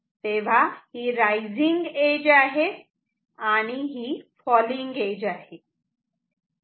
तेव्हा ही rising edge आहे आणि ही फॉलींग एज आहे